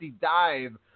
dive